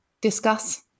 Discuss